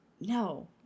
No